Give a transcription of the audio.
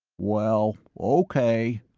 well, o k,